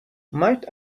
might